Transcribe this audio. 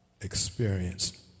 experience